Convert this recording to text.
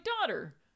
daughter